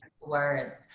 words